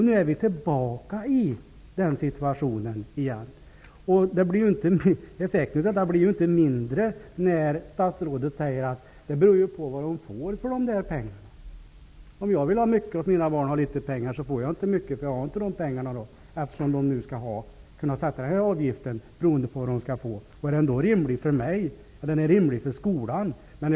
Nu är vi tillbaka i den situationen, och effekten av detta blir ju inte mindre genom att statsrådet säger att det beror på vad eleverna får för pengarna. Om jag vill ha mycket åt mina barn och har litet pengar, så får jag inte mycket, eftersom jag inte har de pengarna. Så blir det ju om avgiften skall kunna sättas beroende på vad eleverna skall få. Avgiften blir på det sättet rimlig för skolan, men är den rimlig för mig?